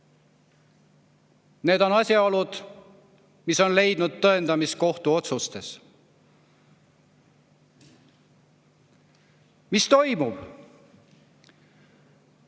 Need on asjaolud, mis on leidnud tõendamist kohtuotsustes. Mis toimub? Ma